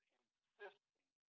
insisting